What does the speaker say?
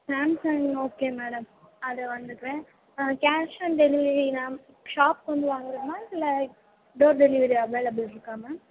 Samsung okay madam அதை வந்து இப்போ கேஷ் ஆன் டெலிவரி நான் ஷாப்க்கு வந்து வாங்கணுமா இல்லை டோர் டெலிவரி அவைலபிள்ருக்கா மேம்